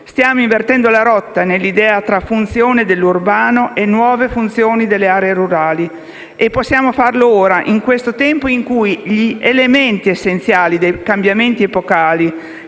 Stiamo invertendo la rotta nel rapporto tra funzione dell'urbano e nuove funzioni delle aree rurali e possiamo farlo ora, in questo tempo in cui gli elementi essenziali dei cambiamenti epocali,